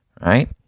right